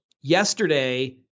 yesterday